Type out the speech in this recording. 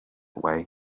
way